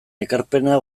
ekarpena